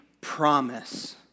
promise